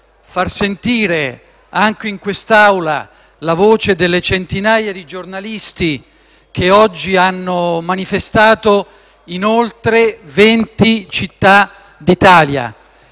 far sentire anche in quest'Assemblea la voce delle centinaia di giornalisti che oggi hanno manifestato in oltre venti città d'Italia.